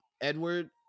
edward